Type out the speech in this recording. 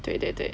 对对对